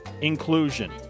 inclusion